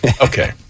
okay